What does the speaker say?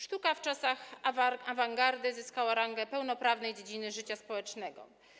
Sztuka w czasach awangardy zyskała rangę pełnoprawnej dziedziny życia społecznego.